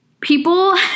people